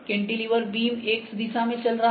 cantilever beam X दिशा में चल रहा है